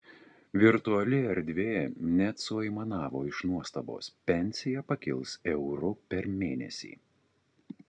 virtuali erdvė net suaimanavo iš nuostabos pensija pakils euru per mėnesį